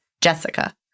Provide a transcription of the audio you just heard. Jessica